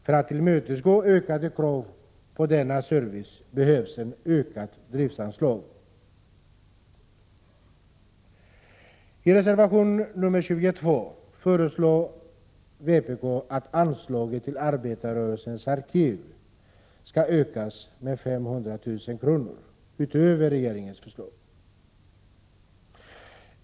För att tillmötesgå ökade krav på denna service behövs ett utökat driftanslag. I reservation 22 föreslår vpk att anslaget till Arbetarrörelsens arkiv skall ökas med 500 000 kr. utöver regeringens förslag.